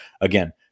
again